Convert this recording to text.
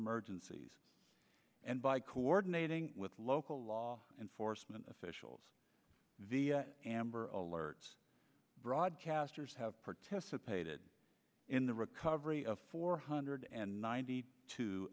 emergencies and by coordinating with local law enforcement officials and alerts broadcasters have participated in the recovery of four hundred and ninety two